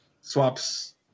swaps